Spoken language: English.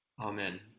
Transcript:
Amen